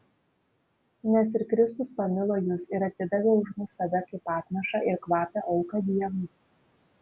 nes ir kristus pamilo jus ir atidavė už mus save kaip atnašą ir kvapią auką dievui